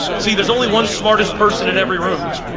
see there's only one smartest person in every room.